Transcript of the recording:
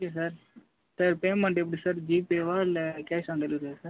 okay sir pay payment எப்படி sir ஜிபேவா இல்லை கேஷ் ஆன் டெலிவரியா சார்